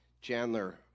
Chandler